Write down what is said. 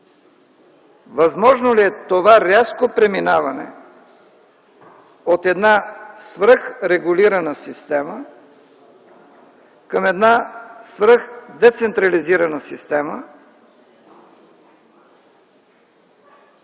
възможно ли е това рязко преминаване от една свръхрегулирана система към една свръхдецентрализирана система